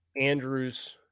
Andrews